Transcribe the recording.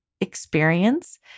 experience